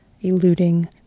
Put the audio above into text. eluding